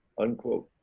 unquote.